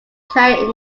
player